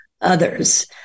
others